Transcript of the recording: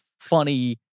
funny